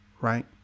Right